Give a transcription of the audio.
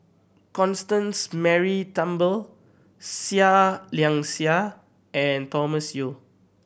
Constance Mary Turnbull Seah Liang Seah and Thomas Yeo